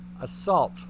Assault